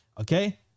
Okay